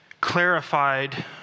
clarified